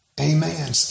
Amen